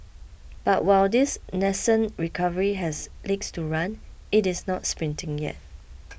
but while this nascent recovery has legs to run it is not sprinting yet